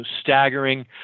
staggering